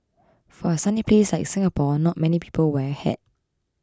for a sunny place like Singapore not many people wear a hat